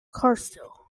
carlisle